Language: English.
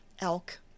elk